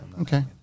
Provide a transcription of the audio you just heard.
Okay